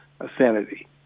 affinity